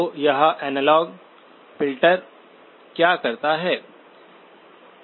तो यह analogue filter क्या करता है